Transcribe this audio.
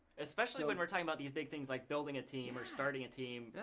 especially when we're talking about these big things like building a team or starting a team,